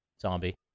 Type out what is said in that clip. zombie